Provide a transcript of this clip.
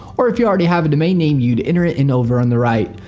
or if you already have a domain name, you'd enter it in over on the right.